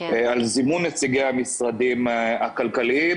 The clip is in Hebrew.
על זימון נציגי המשרדים הכלכליים,